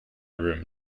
room